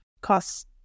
cost